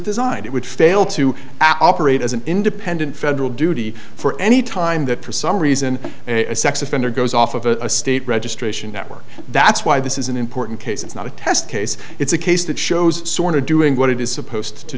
designed it would fail to aspirate as an independent federal duty for any time that for some reason a sex offender goes off of a state registration network that's why this is an important case it's not a test case it's a case that shows sort of doing what it is supposed to